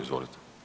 Izvolite.